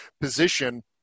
position